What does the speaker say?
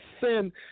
sin